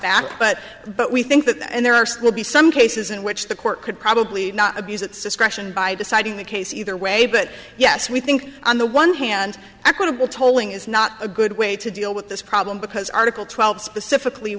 back but but we think that there are still be some cases in which the court could probably not abuse its this question by deciding the case either way but yes we think on the one hand equitable tolling is not a good way to deal with this problem because article twelve specifically